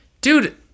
Dude